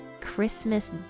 christmas